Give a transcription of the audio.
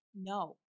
no